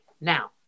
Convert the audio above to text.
Now